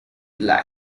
lyon